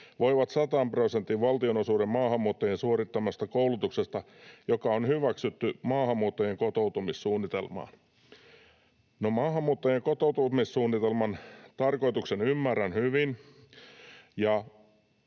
saivat 100 prosentin valtionosuuden maahanmuuttajan suorittamasta koulutuksesta, joka on hyväksytty maahanmuuttajan kotoutumissuunnitelmaan.” No, maahanmuuttajan kotoutumissuunnitelman tarkoituksen ymmärrän hyvin,